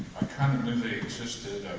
i kind of knew they existed,